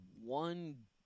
one